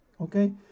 okay